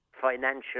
financial